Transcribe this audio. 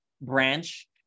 branch